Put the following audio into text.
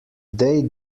they